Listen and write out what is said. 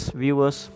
viewers